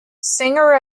singer